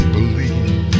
believe